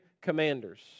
commanders